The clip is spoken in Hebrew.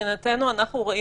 אנחנו רואים